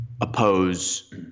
oppose